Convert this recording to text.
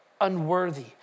unworthy